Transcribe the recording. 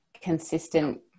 consistent